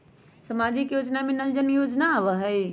सामाजिक योजना में नल जल योजना आवहई?